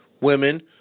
women